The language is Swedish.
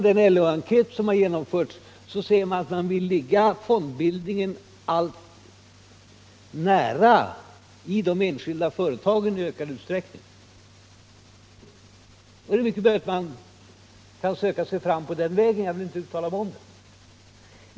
Den LO-enkät som genomförts visar att man vill ha fondbildningen i nära anslutning till de enskilda företagen. Det är möjligt att man kan söka sig fram på den vägen; jag vill inte uttala mig om det nu.